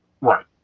Right